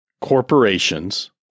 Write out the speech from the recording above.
corporations